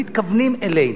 הם מתכוונים אלינו,